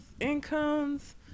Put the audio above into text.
incomes